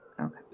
Okay